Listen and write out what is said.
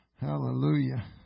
Hallelujah